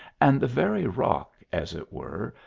and the very rock, as it were,